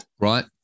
right